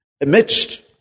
amidst